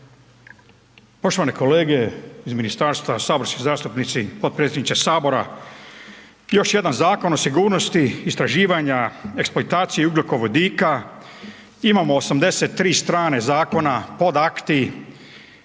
Poštovane kolege iz Ministarstva, saborski zastupnici, potpredsjedniče Sabora. Još jedan Zakon o sigurnosti istraživanja eksploataciji ugljikovodika, imamo 83 strane zakona, podakti,